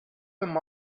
them